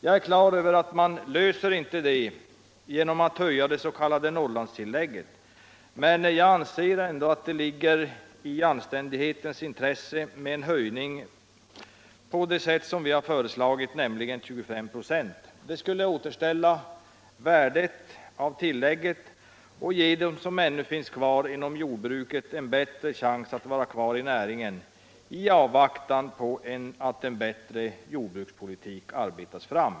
Jag är klar över att man inte löser dessa problem genom att höja det s.k. Norrlandstillägget, men jag anser att det ligger i anständighetens intresse med en höjning på det sätt som vi har föreslagit, dvs. med 25 96. Det skulle återställa värdet av tillägget och ge dem som ännu finns kvar inom jordbruket en bättre chans att vara kvar i näringen i avvaktan på att en bättre jordbrukspolitik arbetas fram.